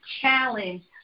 challenge